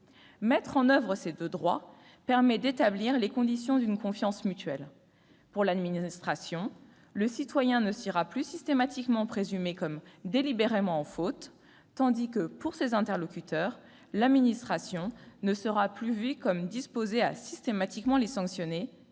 Mettre en oeuvre ces deux droits permet d'établir les conditions d'une confiance mutuelle : pour l'administration, le citoyen ne sera plus systématiquement présumé comme étant délibérément en faute, tandis que, pour ses interlocuteurs, l'administration ne sera plus vue comme disposée à systématiquement les sanctionner,